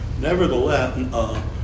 Nevertheless